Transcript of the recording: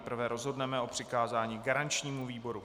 Nejprve rozhodneme o přikázání garančnímu výboru.